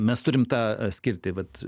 mes turim tą skirti vat